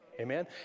amen